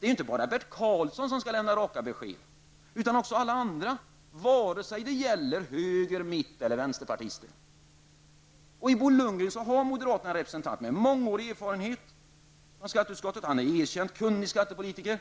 Det är inte bara Bert Karlsson som skall lämna raka besked, utan också alla andra, vare sig det gäller höger-, mitt eller vänsterpartister. I Bo Lundgren har moderaterna en representant med mångårig erfarenhet från skatteutskottet. Han är en erkänt kunnig skattepolitiker.